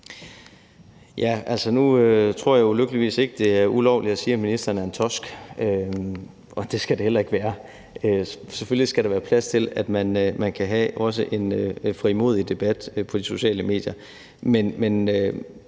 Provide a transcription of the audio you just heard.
Altså, nu tror jeg ulykkeligvis ikke, det er ulovligt at sige, at ministeren er en torsk, og det skal det heller ikke være. Selvfølgelig skal der være plads til, at man kan have også en frimodig debat på de sociale medier. Men